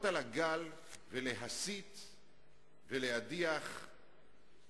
מצאו הזדמנות לעלות על הגל ולהסית ולהדיח ולקרוא